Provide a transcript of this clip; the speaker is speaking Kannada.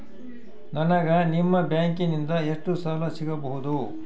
ನನಗ ನಿಮ್ಮ ಬ್ಯಾಂಕಿನಿಂದ ಎಷ್ಟು ಸಾಲ ಸಿಗಬಹುದು?